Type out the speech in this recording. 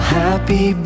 happy